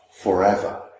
forever